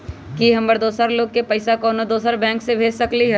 कि हम दोसर लोग के पइसा कोनो दोसर बैंक से भेज सकली ह?